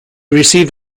received